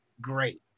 great